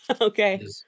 Okay